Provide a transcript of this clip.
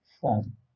form